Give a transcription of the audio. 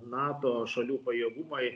nato šalių pajėgumai